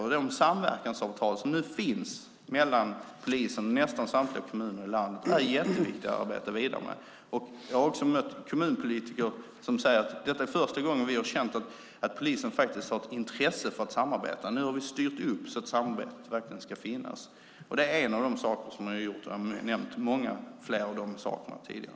Och de samverkansavtal som nu finns mellan polisen och nästan samtliga kommuner i landet är jätteviktiga att arbeta vidare med. Jag har också mött kommunpolitiker som säger att detta är första gången som de har känt att polisen faktiskt har ett intresse av att samarbeta. Nu har vi styrt upp så att ett samarbete verkligen ska finnas. Det är en av de saker som vi har gjort, och jag har nämnt många fler tidigare.